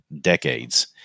decades